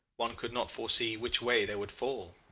one could not foresee which way they would fall.